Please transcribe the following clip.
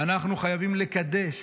אנחנו חייבים לקדש